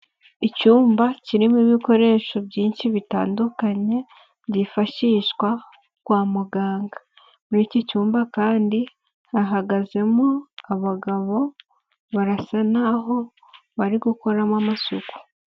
Icyumba kirimo ibikoresho byinshi bitandukanye, byifashishwa kwa muganga, muri iki cyumba kandi hagazemo abagabo, barasa naho bari gukoramo amasuku.